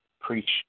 preach